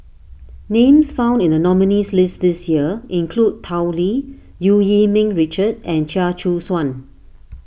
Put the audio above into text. names found in the nominees' list this year include Tao Li Eu Yee Ming Richard and Chia Choo Suan